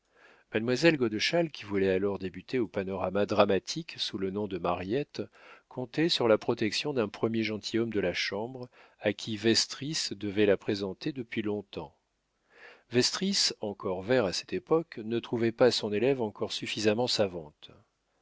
mademoiselle godeschal qui voulait alors débuter au panorama dramatique sous le nom de mariette comptait sur la protection d'un premier gentilhomme de la chambre à qui vestris devait la présenter depuis long-temps vestris encore vert à cette époque ne trouvait pas son élève encore suffisamment savante